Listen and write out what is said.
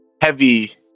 heavy